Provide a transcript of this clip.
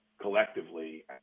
collectively